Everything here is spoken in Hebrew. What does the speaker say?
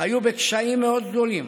היו בקשיים מאוד גדולים.